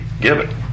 given